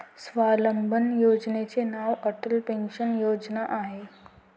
स्वावलंबन योजनेचे नाव अटल पेन्शन योजना आहे